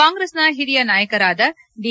ಕಾಂಗ್ರೆಸ್ನ ಹಿರಿಯ ನಾಯಕರಾದ ದಿ